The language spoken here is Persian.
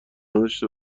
نداشته